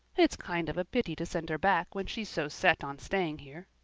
it's kind of a pity to send her back when she's so set on staying here.